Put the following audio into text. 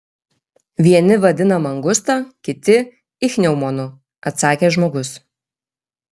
vieni vadina mangusta kiti ichneumonu atsakė žmogus